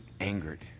angered